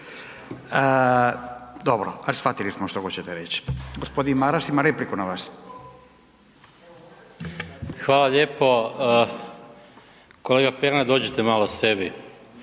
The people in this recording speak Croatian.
Dobro, ali shvatili smo što hoćete reć. Gospodin Maras ima repliku na vas. **Maras, Gordan (SDP)** Hvala lijepo. Kolega Pernar dođite malo sebi